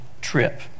trip